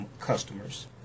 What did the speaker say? customers